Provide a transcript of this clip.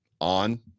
on